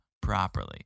properly